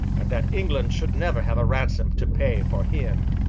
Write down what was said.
and that england should never have a ransom to pay for him.